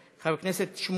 חבר הכנסת אבו מערוף,